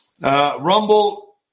Rumble